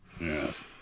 Yes